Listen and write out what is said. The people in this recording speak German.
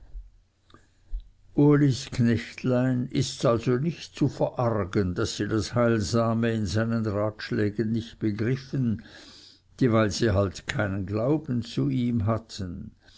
ulis knechtlein ists also nicht zu verargen daß sie das heilsame in seinen ratschlägen nicht begriffen dieweil sie halt keinen glauben zu ihm hatten